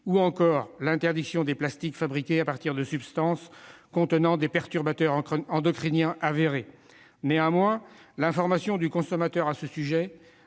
ou à l'interdiction des plastiques fabriqués à partir de substances contenant des perturbateurs endocriniens avérés. Néanmoins, l'information du consommateur à ce sujet,